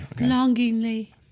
Longingly